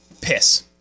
Piss